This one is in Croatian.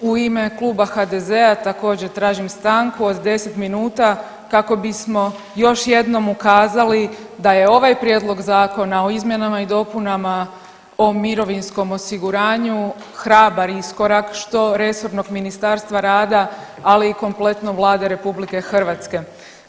U ime kluba HDZ-a također tražim stanku od 10 minuta kako bismo još jednom ukazali da je ovaj Prijedlog zakona o izmjenama i dopunama o mirovinskom osiguranju hrabar iskorak što resornog Ministarstva rada, ali i kompletno Vlade Republike Hrvatske.